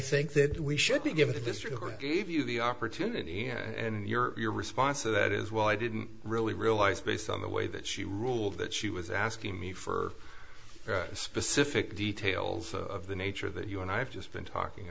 think that we should be given to mr gave you the opportunity and your response to that is well i didn't really realize based on the way that she ruled that she was asking me for specific details of the nature that you and i have just been talking